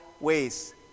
ways